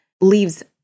leaves